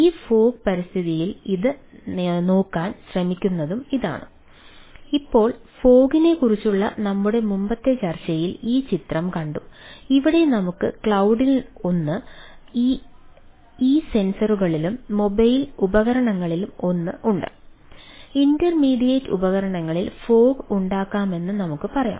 ഈ ഫോഗ് പരിസ്ഥിതിയിൽ ഇത് നോക്കാൻ ശ്രമിക്കുന്നതും ഇതാണ് ഇപ്പോൾഫോഗ് ഉണ്ടാക്കാമെന്ന് നമുക്ക് പറയാം